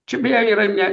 čia beje yra ne